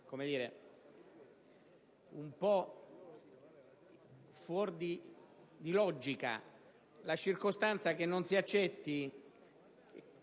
un po' fuori di logica la circostanza che non si accetti